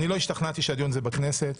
אני לא השתכנעתי שהדיון הוא בכנסת.